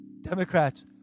Democrats